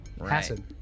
acid